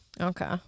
Okay